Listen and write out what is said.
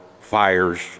fires